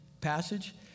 passage